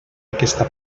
aquesta